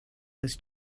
was